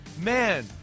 man